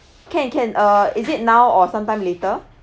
can can err is it now or sometime later